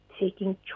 taking